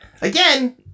Again